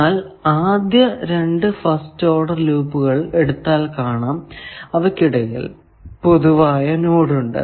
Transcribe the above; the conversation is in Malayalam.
എന്നാൽ ആദ്യ രണ്ടു ഫസ്റ്റ് ഓഡർ ലൂപ്പുകൾ എടുത്താൽ കാണാം അവയ്ക്കിടയിൽ പൊതുവായ നോഡ് ഉണ്ട്